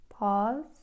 Pause